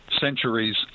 centuries